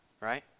right